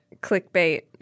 Clickbait